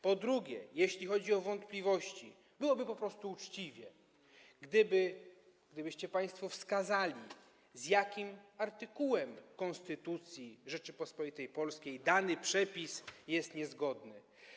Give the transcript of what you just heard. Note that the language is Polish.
Po drugie, jeśli chodzi o wątpliwości, byłoby po prostu uczciwie, gdybyście państwo wskazali, z jakim artykułem Konstytucji Rzeczypospolitej Polskiej dany przepis jest niezgodny.